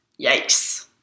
Yikes